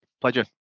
Pleasure